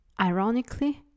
Ironically